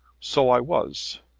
so i was.